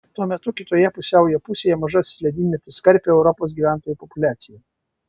tuo metu kitoje pusiaujo pusėje mažasis ledynmetis karpė europos gyventojų populiaciją